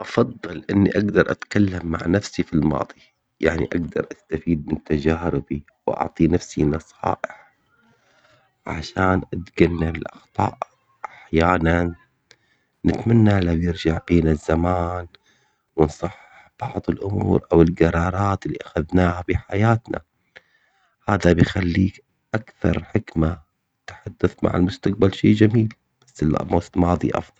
افضل اني اقدر اتكلم مع نفسي في الماضي. يعني اقدر استفيد من تجاه ربي واعطي نفسي نصائح. عشان اتجنن الاخطاء احيانا. نتمنى لن يرجع قيل الزمان ونصحح بعض الامور او القرارات اللي اخذنا بحياتنا. هذا بخليه اكثر حكمة تحدثت مع المستقبل شيء جميل افضل